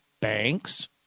banks